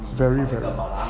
very very